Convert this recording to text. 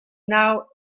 now